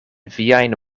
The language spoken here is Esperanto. viajn